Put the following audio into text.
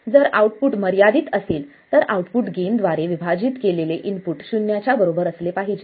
जर आउटपुट मर्यादित असेल तर आऊटपुट गेन द्वारे विभाजित केलेले इनपुट शून्याच्या बरोबर असले पाहिजे